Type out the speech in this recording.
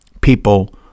people